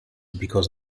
because